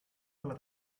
alla